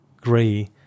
gray